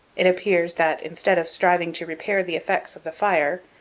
it appears that, instead of striving to repair the effects of the fire,